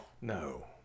No